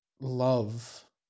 love